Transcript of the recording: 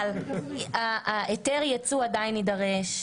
אבל היתר הייצוא עדיין יידרש.